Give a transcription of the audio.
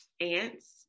ants